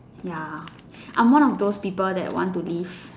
ya I'm one of those people that wants to live